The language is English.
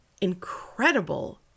incredible